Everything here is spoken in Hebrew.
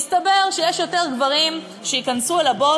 מסתבר שיש יותר גברים שייכנסו אל הבוס